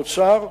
האוצר,